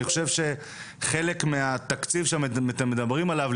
חושב שחלק מהתקציב שאתם מדברים עליו,